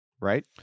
right